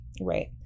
right